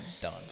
done